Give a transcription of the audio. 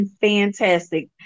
fantastic